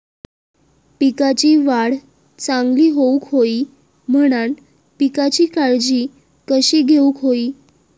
पिकाची वाढ चांगली होऊक होई म्हणान पिकाची काळजी कशी घेऊक होई?